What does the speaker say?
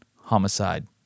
homicide